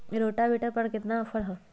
Rotavator पर केतना offer हव?